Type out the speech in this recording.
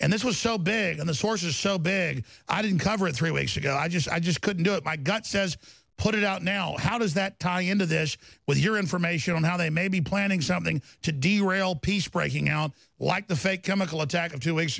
and this was so big in the sources so big i didn't convert three weeks ago i just i just couldn't do it my gut says put it out now how does that tie into this with your information on how they may be planning something to de rail piece breaking out like the fake chemical attack of two weeks